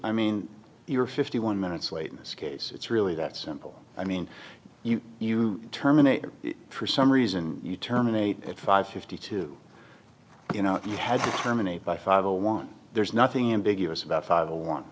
i mean you're fifty one minutes late in this case it's really that simple i mean you terminate for some reason you terminate at five fifty two you know you have terminated by five a one there's nothing ambiguous about five to one